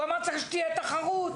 ואמר שצריך שתהיה תחרות.